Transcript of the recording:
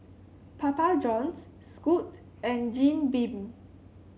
Papa Johns Scoot and Jim Beam